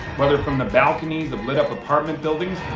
whether from the balconies of lit-up apartment buildings